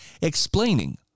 explaining